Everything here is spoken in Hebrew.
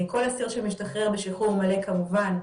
כל אסיר שמשתחרר בשחרור מלא כמובן,